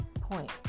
point